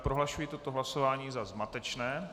Prohlašuji toto hlasování za zmatečné.